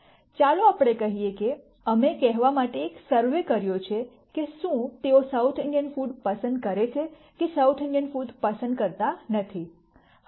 ચાલો આપણે કહીએ કે અમે કહેવા માટે એક સર્વે કર્યો છે કે શું તેઓ સાઉથ ઇન્ડિયન ફૂડ પસંદ કરે છે કે સાઉથ ઇન્ડિયન ફૂડ પસંદ નથી